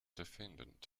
defendant